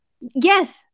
Yes